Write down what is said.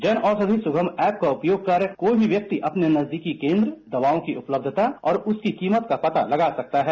जन औषधि सुगम ऐप का उपयोग कर कोई भी व्यक्ति अपने नजदीकी केन्द्र दवाओं की उपलब्धता और उसकी कीमत का पता लगा सकता है